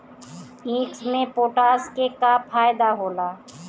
ईख मे पोटास के का फायदा होला?